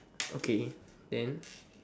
okay then